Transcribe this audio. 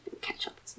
ketchup